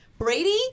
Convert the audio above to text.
Brady